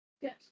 Yes